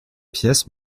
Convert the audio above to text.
pièces